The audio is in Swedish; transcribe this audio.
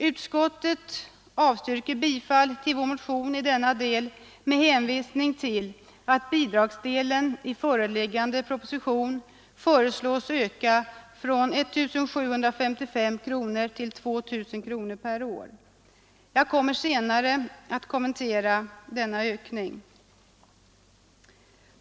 Utskottet avstyrker bifall till vår motion i denna del med hänvisning till att bidragsdelen i föreliggande proposition föreslås öka från 1 755 kronor till 2.000 per år. Jag kommer senare att kommentera denna ökning.